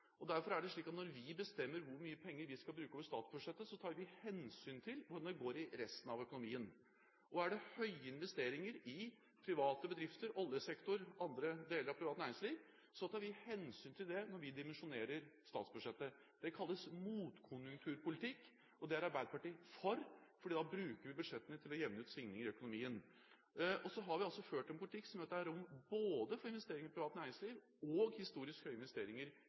er det ingen forskjell. Det er slik at når vi bestemmer hvor mye penger vi skal bruke over statsbudsjettet, tar vi hensyn til hvordan det går i resten av økonomien. Er det høye investeringer i private bedrifter, oljesektoren og i andre deler av det private næringsliv, tar vi hensyn til det når vi dimensjonerer statsbudsjettet. Det kalles motkonjunkturpolitikk, og det er Arbeiderpartiet for, for da bruker vi budsjettene til å jevne ut svingninger i økonomien. Så har vi ført en politikk som gjør at det er rom både for investeringer i privat næringsliv og for historisk høye investeringer